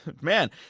Man